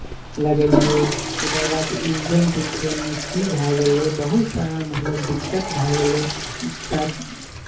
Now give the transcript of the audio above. लगेलियै ओकर बाद इंजन तिंजनमे की भए गेलै बहुत सारा मतलब दिक्कत भए गेलै ता